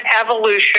evolution